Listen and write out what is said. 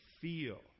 feel